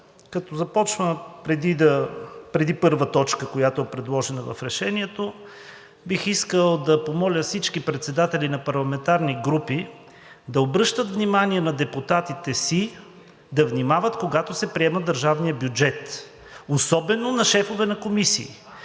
Като започна преди първа точка, която е предложена в Решението, бих искал да помоля всички председатели на парламентарни групи да обръщат внимание на депутатите си да внимават, когато се приема държавният бюджет, особено на шефове на комисии.